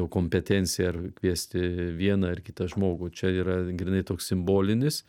kompetencija ar kviesti vieną ar kitą žmogų čia yra grynai toks simbolinis